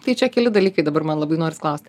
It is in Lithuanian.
tai čia keli dalykai dabar man labai noris klaust